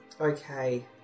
okay